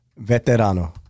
veterano